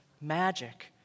magic